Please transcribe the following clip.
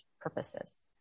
purposes